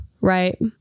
right